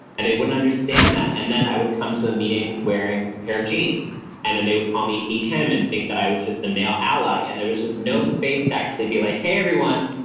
and they wouldn't understand that. and then i would come to a meeting. wearing a pair of jeans and then they would call me he him and think that i was just a male ally. and there was just no space to actually be like, hey, everyone,